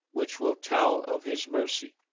which will tell of his mercy.